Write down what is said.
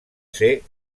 ser